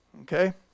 okay